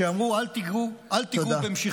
שאמרו: אל תגעו במשיחיי.